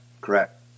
Correct